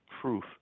proof